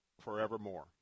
forevermore